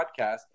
podcast